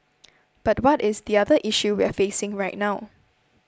but what is the other issue we're facing right now